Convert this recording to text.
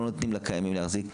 לא נותנים לקיימים להחזיק.